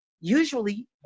Usually